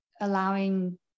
allowing